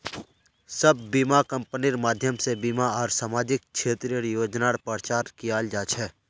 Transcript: सब बीमा कम्पनिर माध्यम से बीमा आर सामाजिक क्षेत्रेर योजनार प्रचार कियाल जा छे